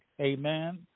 Amen